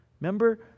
Remember